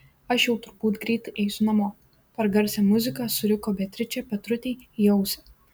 aš jau turbūt greitai eisiu namo per garsią muziką suriko beatričė petrutei į ausį